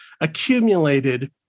accumulated